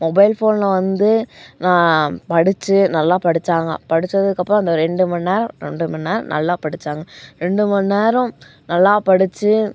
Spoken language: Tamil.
மொபைல் ஃபோனில் வந்து நான் படித்து நல்லா படித்தாங்க படிச்சதுக்கப்புறம் அந்த ரெண்டு மணி நேரம் ரெண்டு மணி நேரம் நல்லா படித்தாங்க ரெண்டு மணி நேரம் நல்லா படித்து